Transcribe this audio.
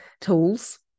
tools